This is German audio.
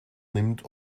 nimmt